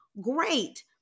great